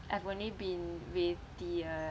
I've only been with the uh